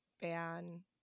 ban